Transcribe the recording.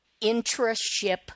intraship